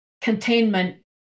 containment